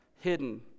hidden